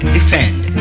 Defend